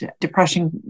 depression